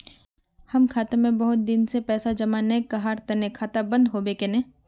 हम खाता में बहुत दिन से पैसा जमा नय कहार तने खाता बंद होबे केने?